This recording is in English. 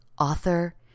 author